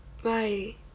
why